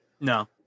No